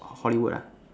Hollywood ah